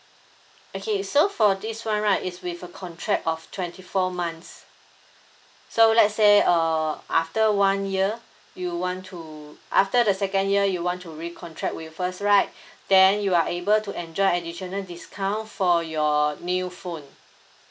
okay so for this one right is with a contract of twenty four months so let's say uh after one year you want to after the second year you want to recontract with us right then you are able to enjoy additional discount for your new phone